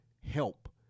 help